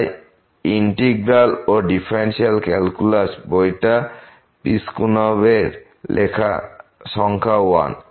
তাই ইন্টিগ্রাল ও differential calculus বইটা পিসকুনব এর লেখা সংখ্যা 1